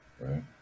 Right